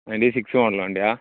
ninety six model വണ്ടിയാണോ